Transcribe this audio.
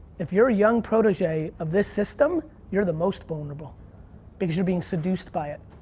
if you're a young protege of this system, you're the most vulnerable because you're being seduced by it.